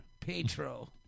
Petro